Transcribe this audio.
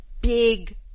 big